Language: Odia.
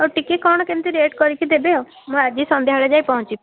ଆଉ ଟିକେ କ'ଣ କେମିତି କ'ଣ ରେଟ୍ କରିକି ଦେବେ ଆଉ ମୁଁ ଆଜି ସନ୍ଧ୍ୟାବେଳେ ଯାଇ ପହଞ୍ଚିବି